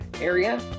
area